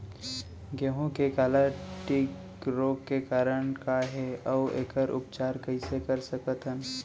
गेहूँ के काला टिक रोग के कारण का हे अऊ एखर उपचार कइसे कर सकत हन?